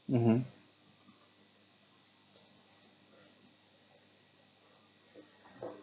mmhmm